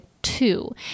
two